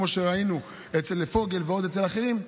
כמו שראינו אצל פוגל ואצל אחרים,